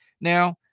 now